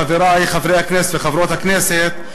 חברי חברי הכנסת וחברות הכנסת,